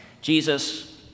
Jesus